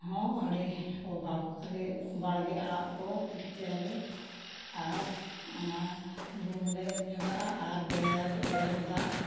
ᱦᱚᱸ ᱟᱹᱰᱤ ᱚᱵᱷᱟᱵᱽ ᱠᱷᱟᱹᱞᱤ ᱵᱟᱲᱜᱮ ᱟᱲᱟᱜ ᱠᱚ ᱛᱤᱠᱤᱭᱟᱞᱮ ᱟᱨ ᱚᱱᱟ ᱵᱩᱞᱩᱝ ᱞᱮ ᱮᱢ ᱧᱚᱜᱟᱜᱼᱟ ᱟᱨ ᱵᱮᱨ ᱵᱮᱨᱮᱞ ᱫᱟᱜ